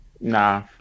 Nah